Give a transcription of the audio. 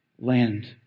land